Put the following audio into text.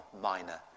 minor